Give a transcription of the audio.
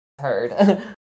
heard